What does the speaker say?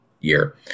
year